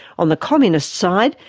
on the communist side,